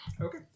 Okay